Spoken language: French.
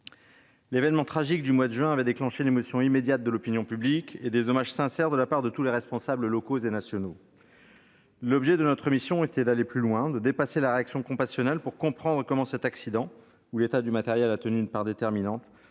L'événement tragique du mois de juin avait provoqué une émotion immédiate de l'opinion publique et des hommages sincères de la part de tous les responsables locaux et nationaux. Notre mission avait pour objet d'aller plus loin, de dépasser la réaction compassionnelle pour comprendre comment cet accident, où l'état du matériel a tenu une part déterminante,